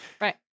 Right